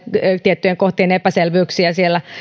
tiettyjen kohtien epäselvyyksiä